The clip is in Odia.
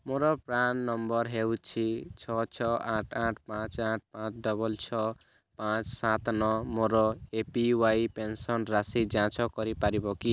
ମୋର ପ୍ରାନ୍ ନମ୍ବର୍ ହେଉଛି ଛଅ ଛଅ ଆଠ ଆଠ ପାଞ୍ଚ ଆଠ ଡବଲ୍ ଛଅ ପାଞ୍ଚ ସାତ ନଅ ମୋର ଏ ପି ୱାଇ ପେନ୍ସନ୍ ରାଶି ଯାଞ୍ଚ୍ କରିପାରିବ କି